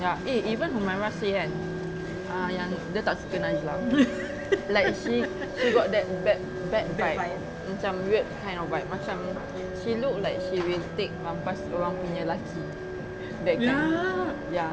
ya eh even humairah say kan ah yang dia tak suka najlah like she she got that bad bad vibe macam weird kind of vibe macam she look like she will take rampas orang punya laki that kind ya